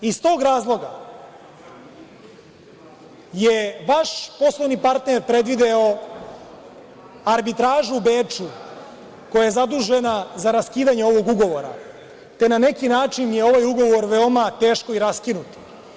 Iz tog razloga je vaš poslovni partner predvideo arbitražu u Beču koja je zadužena za raskidanje ovog Ugovora, te je na neki način ovaj Ugovor veoma teško raskinuti.